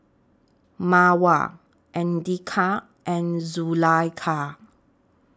Mawar Andika and Zulaikha